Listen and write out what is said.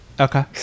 Okay